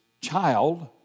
child